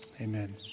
amen